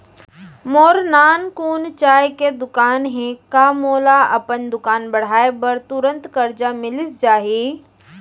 मोर नानकुन चाय के दुकान हे का मोला अपन दुकान बढ़ाये बर तुरंत करजा मिलिस जाही?